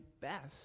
best